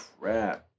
crap